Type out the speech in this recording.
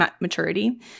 maturity